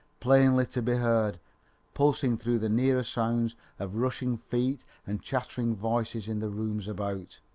plainly to be heard pulsing through the nearer sounds of rushing feet and chattering voices in the rooms about.